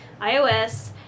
iOS